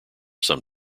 some